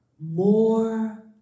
More